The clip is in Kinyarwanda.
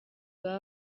bwa